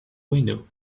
window